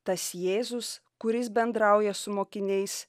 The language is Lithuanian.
tas jėzus kuris bendrauja su mokiniais